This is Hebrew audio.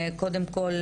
קודם כל,